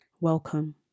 Welcome